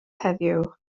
heddiw